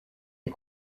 est